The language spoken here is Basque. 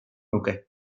nuke